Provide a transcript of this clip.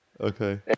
Okay